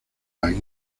las